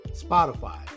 Spotify